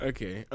Okay